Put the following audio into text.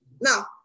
Now